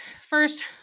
First